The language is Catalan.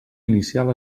inicial